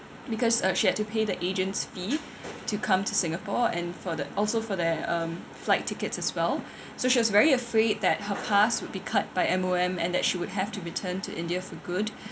because uh she had to pay the agent's fee to come to singapore and for the also for their um flight tickets as well so she was very afraid that her pass would be cut by M_O_M and that she would have to return to india for good